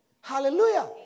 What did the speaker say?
Hallelujah